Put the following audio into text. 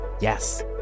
Yes